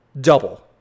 double